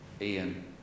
Ian